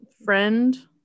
Friend